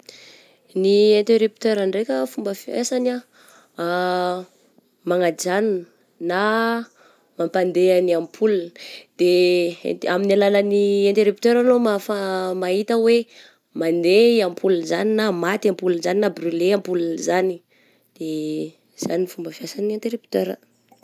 Ny interipteur ndraika, fomba fihasagny ah, manajanona na mampandeha ny ampola, de amin'ny alalany interipteur aloha ma-afa mahita hoe mandehy i ampola izany na maty i ampola zany na brulé ampola zagny, de zany ny fomba fihasan'ny interipteur ah.